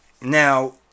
Now